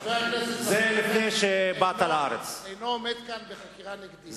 חבר הכנסת זחאלקה אינו עומד כאן בחקירה נגדית.